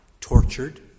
tortured